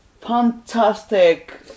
fantastic